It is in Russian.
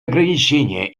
ограничения